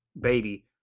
Baby